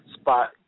spot